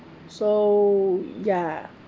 so ya